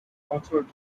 authored